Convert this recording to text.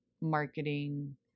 marketing